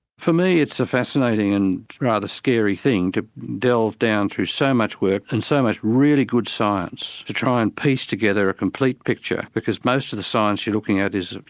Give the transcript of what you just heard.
for me it's a fascinating and rather scary thing, to delve down through so much work and so much really good science to try and piece together a complete picture, because most of the science you're looking at is. you